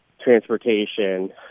transportation